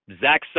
Zach